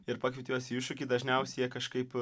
ir pakvieti juos į iššūkį dažniausiai jie kažkaip